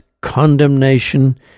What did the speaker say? condemnation